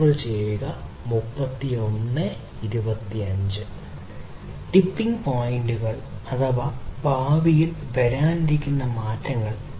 tipping പോയിന്റുകൾ അല്ലെങ്കിൽ ഭാവിയിൽ വരാനിരിക്കുന്ന മാറ്റങ്ങൾ